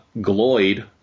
Gloyd